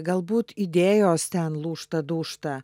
galbūt idėjos ten lūžta dūžta